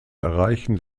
erreichen